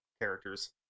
characters